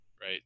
Right